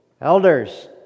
Elders